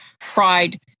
pride